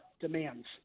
demands